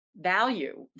value